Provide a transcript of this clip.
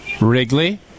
Wrigley